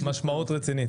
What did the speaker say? משמעות רצינית.